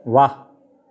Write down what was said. वाह